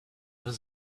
was